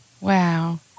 Wow